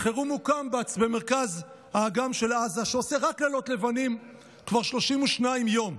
בחירום הוא קמב"ץ במרכז האג"ם של עזה שעושה רק לילות לבנים כבר 32 יום.